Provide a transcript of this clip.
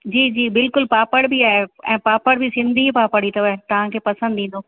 जी जी बिल्कुलु पापड़ बि आहे ऐं पापड़ बि सिंधी पापड़ ई अथव तव्हांखे पसंदि ईंदो